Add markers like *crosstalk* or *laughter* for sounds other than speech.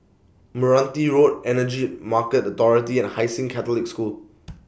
Meranti Road Energy Market Authority and Hai Sing Catholic School *noise*